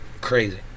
Crazy